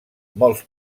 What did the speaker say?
molts